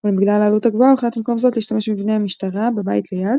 אולם בגלל העלות הגבוהה הוחלט במקום זאת להשתמש במבנה המשטרה בבית ליד,